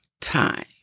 time